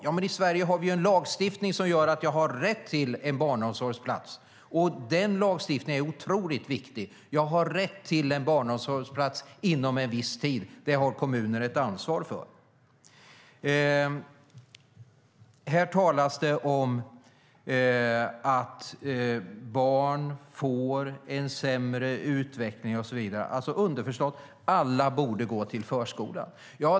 Ja, men i Sverige har vi ju en lagstiftning som gör att man har rätt till en barnomsorgsplats, och den lagstiftningen är otroligt viktig. Man har rätt till en barnomsorgsplats inom en viss tid. Det har kommuner ett ansvar för. Här talas det om att barn får en sämre utveckling - underförstått: alla borde gå i förskolan.